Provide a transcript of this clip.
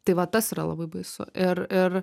tai va tas yra labai baisu ir ir